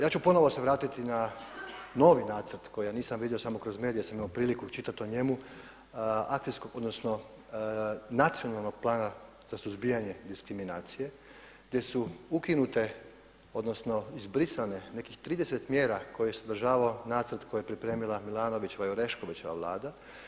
Ja ću ponovno se vratiti na novi nacrt koji ja nisam vidio, samo kroz medije sam imao priliku čitati o njemu, akcijsko, odnosno Nacionalnog plana za suzbijanje diskriminacije gdje su ukinute, odnosno izbrisane nekih 30 mjera koje je sadržavao nacrt koji je pripremila Milanovićeva i Oreškovićeva Vlada.